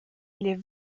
les